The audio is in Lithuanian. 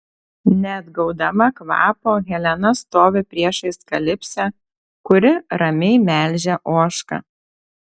neatgaudama kvapo helena stovi priešais kalipsę kuri ramiai melžia ožką